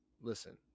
listen